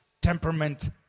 temperament